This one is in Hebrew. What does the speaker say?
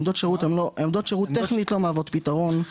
עמדות שירות, טכנית, לא מהוות פתרון.